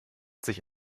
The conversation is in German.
sich